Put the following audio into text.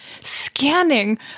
scanning